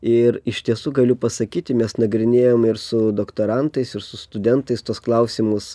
ir iš tiesų galiu pasakyti mes nagrinėjome ir su doktorantais ir su studentais tuos klausimus